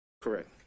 Correct